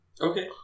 Okay